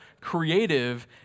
creative